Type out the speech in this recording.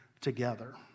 together